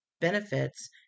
benefits